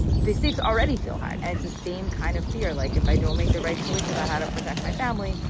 the stakes already feel high. and the same kind of fear, like if i don't make the right choice about how to protect my family,